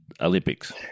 Olympics